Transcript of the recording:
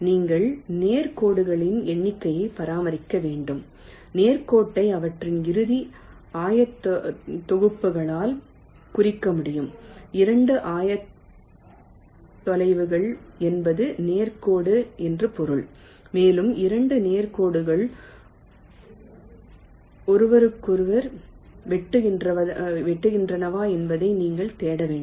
நீங்கள் நேர் கோடுகளின் எண்ணிக்கையை பராமரிக்க வேண்டும் நேர் கோட்டை அவற்றின் இறுதி ஆயத்தொகுப்புகளால் குறிக்க முடியும் இரண்டு ஆயத்தொலைவுகள் என்பது நேர் கோடு என்று பொருள் மேலும் 2 நேர் கோடுகள் ஒருவருக்கொருவர் வெட்டுகின்றனவா என்பதை நீங்கள் தேட வேண்டும்